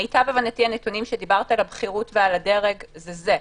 הנתונים שדיברת על הבכירות ועל הדרג הם אלה,